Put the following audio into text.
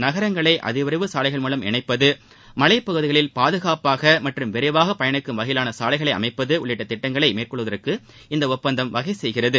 நகரங்களை அதிவிரைவு சாலைகள் மூலம் இணைப்பது மலைப் பகுதிகளில் பாதுகாப்பாக மற்றும் விரைவாக பயணிக்கும் வகையிலாள சாலைகளை அமைப்பது உள்ளிட்ட திட்டங்களை மேற்கொள்வதற்கு இந்த ஒப்பந்தம் வகை செய்கிறது